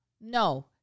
No